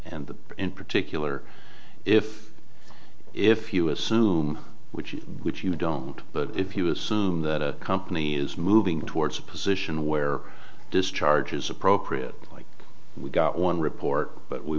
and in particular if if you assume which which you don't but if you assume that a company is moving towards a position where discharge is appropriate we got one report but we